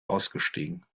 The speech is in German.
ausgestiegen